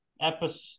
episode